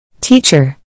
Teacher